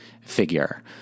figure